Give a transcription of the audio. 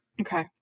Okay